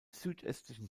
südöstlichen